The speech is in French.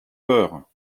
peur